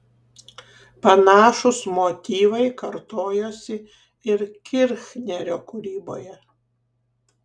panašūs motyvai kartojosi ir kirchnerio kūryboje